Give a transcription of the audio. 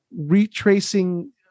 retracing